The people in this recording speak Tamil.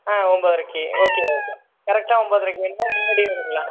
ஆ ஒம்பதரைக்கி ஓகே ஓகே கரெக்டாக ஒம்பதரைக்கி வேணுமா முன்னாடியே வேணுங்களா